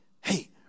hey